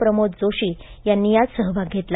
प्रमोद जोशी यांनी यात सहभाग घेतला